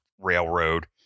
Railroad